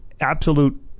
absolute